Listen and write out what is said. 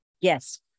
Yes